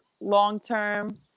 long-term